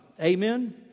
Amen